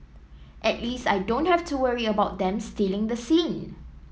at least I don't have to worry about them stealing the scene